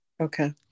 Okay